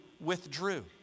withdrew